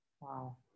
wow